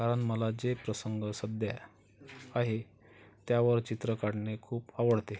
कारण मला जे प्रसंग सध्या आहे त्यावर चित्र काढणे खूप आवडते